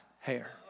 hair